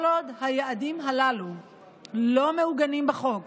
כל עוד היעדים הללו לא מעוגנים בחוק,